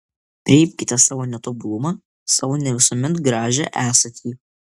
priimkite savo netobulumą savo ne visuomet gražią esatį